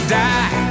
die